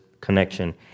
connection